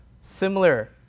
similar